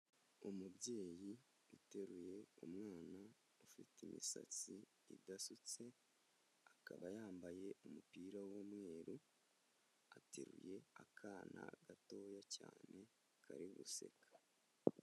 Umubyeyi uteruye umwana ufite imisatsi idasutse akaba yambaye umupira w'umweru ateruye akana gatoya cyane kari guseka.